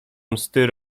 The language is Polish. msty